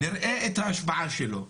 נראה את ההשפעה שלו.